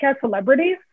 celebrities